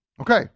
okay